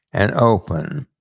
and open,